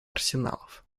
арсеналов